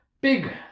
big